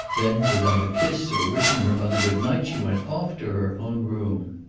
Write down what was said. then without a kiss or wishing her mother good night she went off to her own room.